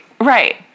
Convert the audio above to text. Right